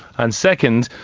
and second,